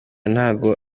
ntago